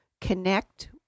connect